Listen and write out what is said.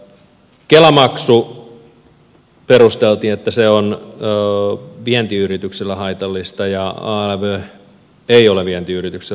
kela maksu perusteltiin että se on vientiyrityksille haitallista ja alv ei ole vientiyrityksille haitallista